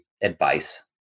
advice